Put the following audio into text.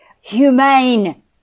humane